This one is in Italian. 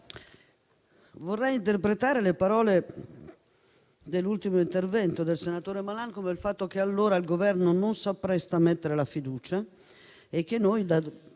vorrei interpretare le parole dell'ultimo intervento del senatore Malan come il fatto che il Governo non si appresta a mettere la fiducia e che noi dalle